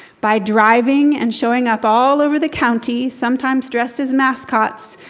by driving and showing up all over the county, sometimes dressed as mascots,